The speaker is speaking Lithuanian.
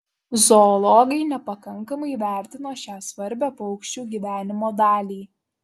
zoologai nepakankamai įvertino šią svarbią paukščių gyvenimo dalį